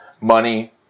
Money